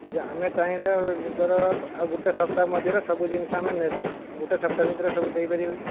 ଯା ଆମେ ଚାହିଁଲେ ଧର ଆଉ ଗୋଟେ ସପ୍ତାହ ମଝିରେ ସବୁ ଜିନିଷ ଆମେ ନେବୁ ଗୋଟେ ସପ୍ତାହ ଭିତରେ ସବୁ ଦେଇପାରିବ କି